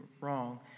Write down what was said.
wrong